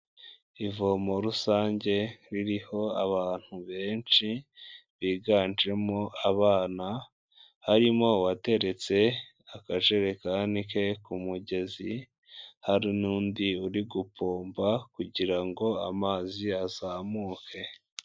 Ivomo rusange, ririho abantu benshi, biganjemo abana, harimo uwateretse akajerekani ke ku mugezi, hari n'undi uri gupomba kugira ngo amazi azamuke.